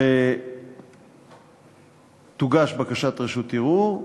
היה ותוגש בקשת רשות ערעור,